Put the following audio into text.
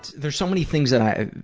there's so many things that i